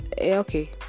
okay